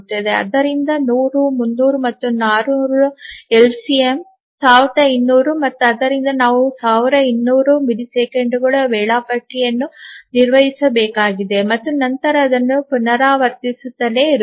ಆದ್ದರಿಂದ 100 300 ಮತ್ತು 400 ಎಲ್ಸಿಎಂ 1200 ಮತ್ತು ಆದ್ದರಿಂದ ನಾವು 1200 ಮಿಲಿಸೆಕೆಂಡುಗಳ ವೇಳಾಪಟ್ಟಿಯನ್ನು ನಿರ್ವಹಿಸಬೇಕಾಗಿದೆ ಮತ್ತು ನಂತರ ಅದನ್ನು ಪುನರಾವರ್ತಿಸುತ್ತಲೇ ಇರುತ್ತೇವೆ